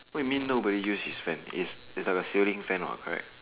what you mean no but you use his fan is is like a ceiling fan on correct